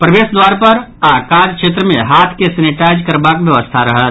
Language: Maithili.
प्रवेश द्वार आओर काज क्षेत्र मे हाथ के सेनेटाईज करबाक व्यवस्था रहत